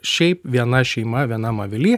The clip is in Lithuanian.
šiaip viena šeima vienam avily